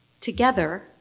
Together